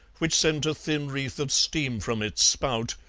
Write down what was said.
which sent a thin wreath of steam from its spout,